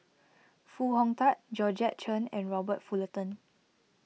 Foo Hong Tatt Georgette Chen and Robert Fullerton